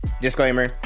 disclaimer